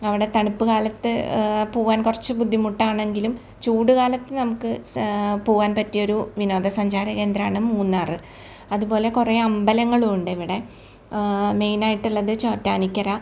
അവിടെ തണുപ്പ് കാലത്ത് പോവാൻ കുറച്ച് ബുദ്ധിമുട്ടാണെങ്കിലും ചൂട് കാലത്ത് നമുക്ക് സ് പോവാൻ പറ്റിയൊരു വിനോദസഞ്ചാര കേന്ദ്രമാണ് മൂന്നാർ അതുപോലെ കുറേ അമ്പലങ്ങളും ഉണ്ടിവിടെ മേയിൻ ആയിട്ടുള്ളത് ചോറ്റാനിക്കര